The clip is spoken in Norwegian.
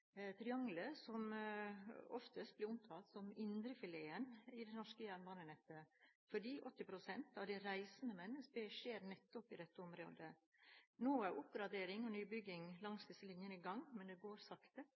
triangelet som oftest blir omtalt som indrefileten i det norske jernbanenettet fordi 80 pst. av reisene med NSB skjer nettopp i dette området. Nå er oppgradering og nybygging langs disse linjene i gang, men det går sakte.